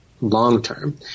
long-term